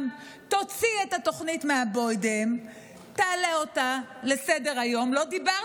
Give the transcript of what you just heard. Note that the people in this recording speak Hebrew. יש בידיכם תוכנית מעולה שקברתם עמוק במגירה וכיום היא לא מיושמת,